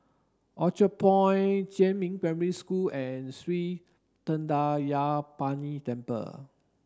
Orchard Point Jiemin Primary School and Sri Thendayuthapani Temple